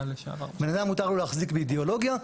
בנאדם מותר לו להחזיק באידיאולוגיה,